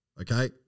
okay